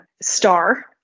star